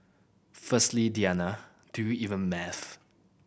firstly Diana do you even math